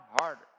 harder